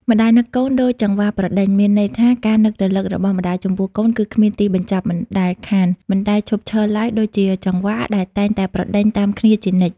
ម្ដាយនឹកកូន ដូចចង្វាប្រដេញ មានន័យថាការនឹករលឹករបស់ម្ដាយចំពោះកូនគឺគ្មានទីបញ្ចប់មិនដែលខាន មិនដែលឈប់ឈរឡើយដូចជាចង្វា ដែលតែងតែប្រដេញតាមគ្នាជានិច្ច។